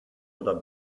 oder